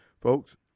folks